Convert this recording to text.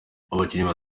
abakinnyi